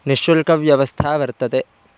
निश्शुल्कव्यवस्था वर्तते